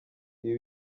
ibi